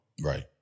Right